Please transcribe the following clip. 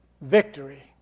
victory